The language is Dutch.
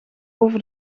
over